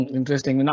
Interesting